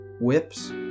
whips